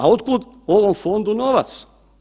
A od kud ovom fondu novac?